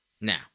Now